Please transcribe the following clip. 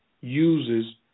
uses